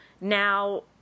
now